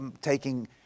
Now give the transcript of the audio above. taking